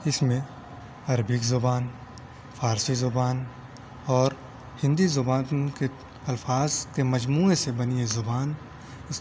اس میں عربک زبان فارسی زبان اور ہندی زبان کے الفاظ کے مجموعے سے بنی یہ زبان اس